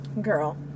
Girl